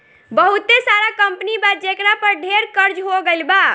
बहुते सारा कंपनी बा जेकरा पर ढेर कर्ज हो गइल बा